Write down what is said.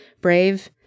Brave